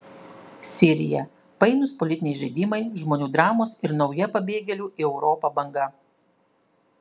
sirija painūs politiniai žaidimai žmonių dramos ir nauja pabėgėlių į europą banga